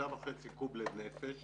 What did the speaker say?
3.5 קוב לנפש